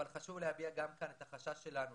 אבל חשוב להביע גם כאן את החשש שלנו